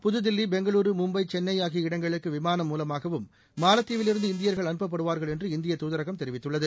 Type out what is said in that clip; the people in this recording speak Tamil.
புதுதில்லி பெங்களூரு மும்பை சென்னை ஆகிய இடங்களுக்கு விமானம் மூலமாகவும் மாலத்தீவில் இருந்து இந்தியர்கள் அனுப்பப்படுவார்கள் என்று இந்திய துதரகம் தெரிவித்துள்ளது